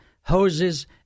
hoses